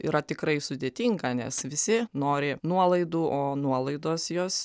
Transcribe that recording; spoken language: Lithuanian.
yra tikrai sudėtinga nes visi nori nuolaidų o nuolaidos jos